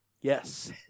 Yes